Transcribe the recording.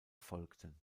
folgten